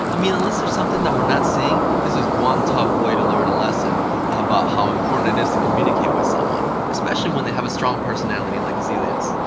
i mean, unless there's something that we're not seeing, this is one tough way to learn a lesson about how important it is to communicate with someone. especially when they have a strong personality like azealia's.